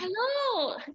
hello